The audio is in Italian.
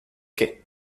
che